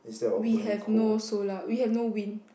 we have no also lah we have no wind